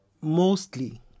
mostly